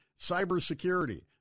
cybersecurity